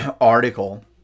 article